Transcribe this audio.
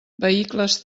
vehicles